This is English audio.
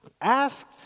asked